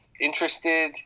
Interested